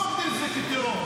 הוא לא מגדיר את זה כטרור.